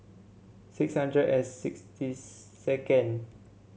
six hundred and sixty second